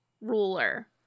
ruler